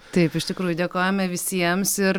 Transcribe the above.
taip iš tikrųjų dėkojame visiems ir